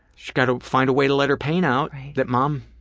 she's gotta find a way to let her pain out that mom